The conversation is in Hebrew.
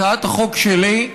הצעת החוק שלי.